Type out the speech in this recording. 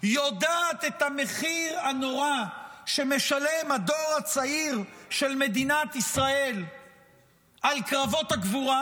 יודעת את המחיר הנורא שמשלם הדור הצעיר של מדינת ישראל על קרבות הגבורה,